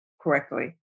correctly